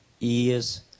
ears